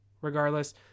Regardless